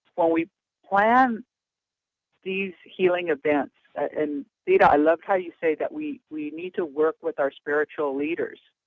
when we plan these healing events, and theda, i love how you say that we we need to work with our spiritual leaders.